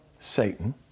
Satan